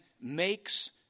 makes